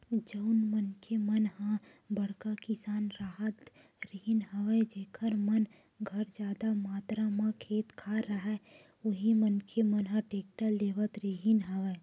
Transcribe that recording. जउन मनखे मन ह बड़का किसान राहत रिहिन हवय जेखर मन घर जादा मातरा म खेत खार राहय उही मनखे मन ह टेक्टर लेवत रिहिन हवय